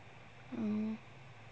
mm